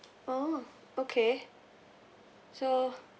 oh okay so